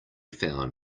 found